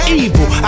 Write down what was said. evil